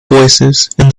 voicesand